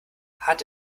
hat